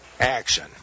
Action